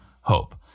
hope